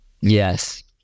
Yes